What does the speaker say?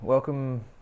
Welcome